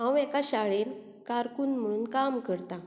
हांव एका शाळेन कारकून म्हणून काम करतां